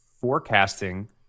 forecasting